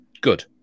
good